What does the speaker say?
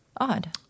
Odd